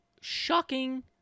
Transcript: shocking